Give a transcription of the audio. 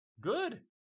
good